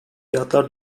fiyatlar